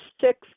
six